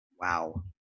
Wow